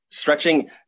stretching